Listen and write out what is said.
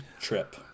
trip